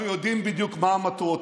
אנחנו יודעים בדיוק מה המטרות,